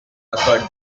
occurred